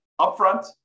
upfront